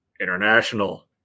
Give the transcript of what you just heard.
international